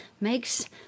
makes